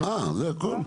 זה הכול?